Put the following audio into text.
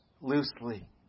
loosely